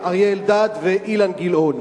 אריה אלדד ואילן גילאון.